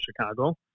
Chicago